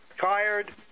tired